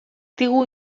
digu